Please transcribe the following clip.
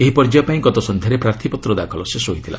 ଏହି ପର୍ଯ୍ୟାୟ ପାଇଁ ଗତ ସନ୍ଧ୍ୟାରେ ପ୍ରାର୍ଥୀପତ୍ର ଦାଖଲ ଶେଷ ହୋଇଥିଲା